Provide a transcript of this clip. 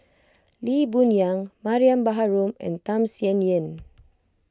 Lee Boon Yang Mariam Baharom and Tham Sien Yen